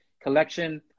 Collection